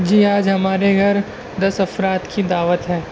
جی آج ہمارے گھر دس افراد کی دعوت ہے